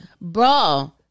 Bro